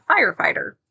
firefighter